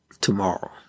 tomorrow